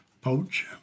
Poach